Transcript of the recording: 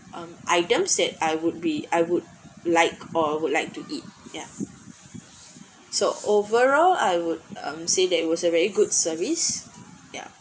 mm items that I would be I would like or I would like to eat ya so overall I would mm say that it was a very good service ya